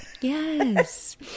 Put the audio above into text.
Yes